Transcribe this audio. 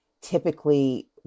typically